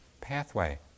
pathway